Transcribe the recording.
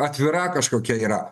atvira kažkokia yra